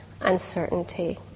uncertainty